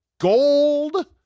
gold